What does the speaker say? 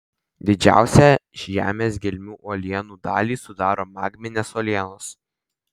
didžiausią žemės gelmių uolienų dalį sudaro magminės uolienos